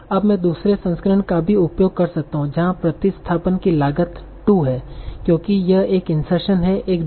अब मैं दूसरे संस्करण का भी उपयोग कर सकता हूं जहां प्रतिस्थापन की लागत 2 है क्योंकि यह एक इंसर्शन है एक डिलीशन